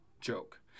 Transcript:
joke